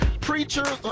preachers